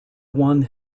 one